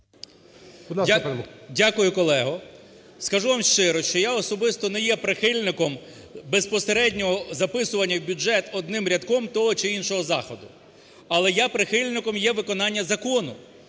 Дякую колего. Скажу вам щиро, що я особисто не є прихильником безпосереднього записування в бюджет одним рядком того чи іншого заходу. Але я прихильником є виконання закону.